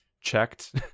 checked